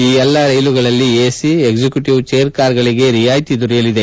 ಈ ಎಲ್ಲಾ ರೈಲುಗಳಲ್ಲಿ ಎಸಿ ಎಕ್ಸಿಕ್ಟೂಟವ್ ಚೇರ್ಕಾರ್ಗಳಿಗೆ ರಿಯಾಯಿತಿ ದೊರೆಯಲಿದೆ